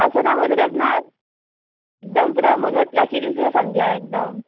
আছে না মনত আপোনাৰ একদম পূৰা মনত ৰাখি দিছে সেইখন বিয়া একদম